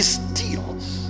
steals